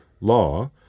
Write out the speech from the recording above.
law